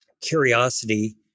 curiosity